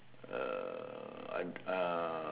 uh I uh